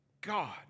god